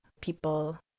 People